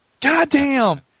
Goddamn